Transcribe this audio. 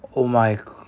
oh my